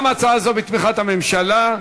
גם הצעה זו בתמיכת הממשלה.